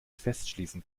festschließen